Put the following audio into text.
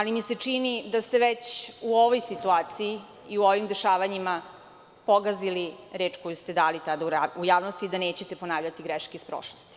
Čini mi se, da ste već u ovoj situaciji i u ovim dešavanjima pogazili reč koju ste dali tada u javnosti, da nećete ponavljati greške iz prošlosti.